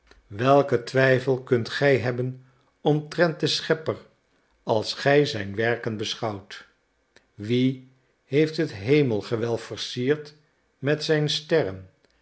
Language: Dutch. welken twijfel kunt gij hebben omtrent den schepper als gij zijn werken beschouwt wie heeft het hemelgewelf versierd met zijn sterren